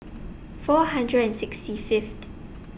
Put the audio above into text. four hundred and sixty